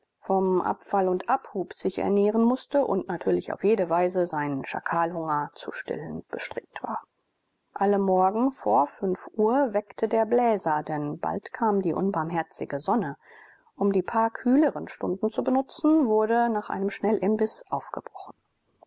vom abfall und abhub sich ernähren mußte und natürlich auf jede weise seinen schakalhunger zu stillen bestrebt war alle morgen vor fünf uhr weckte der bläser denn bald kam die unbarmherzige sonne um die paar kühleren stunden zu benutzen wurde nach einem schnellimbiß aufgebrochen